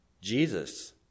Jesus